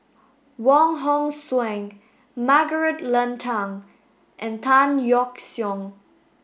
Wong Hong Suen Margaret Leng Tan and Tan Yeok Seong